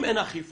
אם אין אכיפה